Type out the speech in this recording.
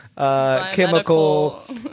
Chemical